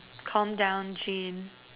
calmed down Jean